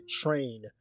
train